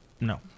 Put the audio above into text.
No